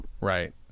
right